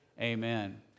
Amen